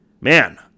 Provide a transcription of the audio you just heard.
man